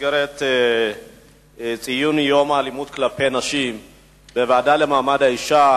במסגרת ציון יום האלימות כלפי נשים בוועדה למעמד האשה,